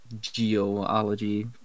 geology